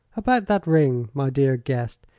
about that ring, my dear guest.